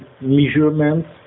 measurements